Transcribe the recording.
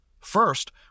First